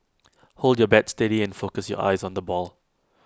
hold your bat steady and focus your eyes on the ball